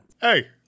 Hey